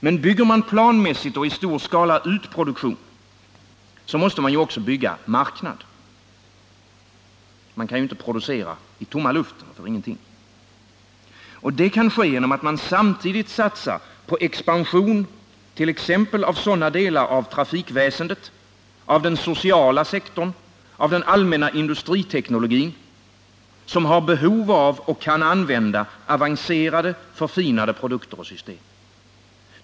Men bygger man planmässigt och i stor skala ut produktion måste man också bygga marknad — man kan ju inte producera för ingenting. Det kan ske genom att man samtidigt satsar på en expansion t.ex. av sådana delar av trafikväsendet, den sociala sektorn och den allmänna industriteknologin som har behov av och kan använda avancerade, förfinade produkter och system.